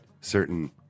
certain